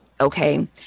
okay